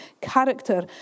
character